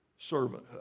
servanthood